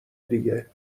دیگه